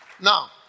Now